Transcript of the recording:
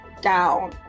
down